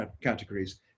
categories